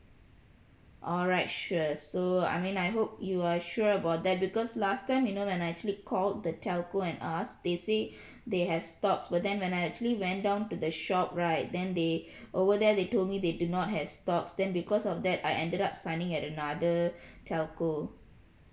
alright sure so I mean I hope you are sure about that because last time you know when I actually called the telco and ask they say they have stocks but then when I actually went down to the shop right then they over there they told me they do not have stocks then because of that I ended up signing at another telco